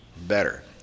better